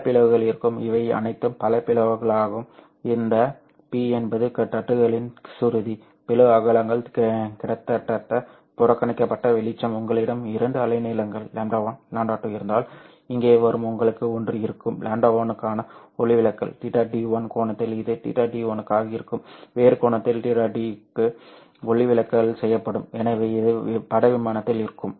பல பிளவுகள் இருக்கும் இவை அனைத்தும் பல பிளவுகளாகும் இந்த "P" என்பது தட்டுகளின் சுருதி பிளவு அகலங்கள் கிட்டத்தட்ட புறக்கணிக்கப்பட்ட வெளிச்சம் உங்களிடம் இரண்டு அலைநீளங்கள் λ1 λ2 இருந்தால் இங்கே வரும் உங்களுக்கு ஒன்று இருக்கும் λ1 க்கான ஒளிவிலகல் θd1 கோணத்தில் இது θd1 க்காக இருக்கும் வேறு கோணத்தில் θd2 λ2 க்கு ஒளி ஒளிவிலகல் செய்யப்படும் எனவே இது பட விமானத்தில் இருக்கும்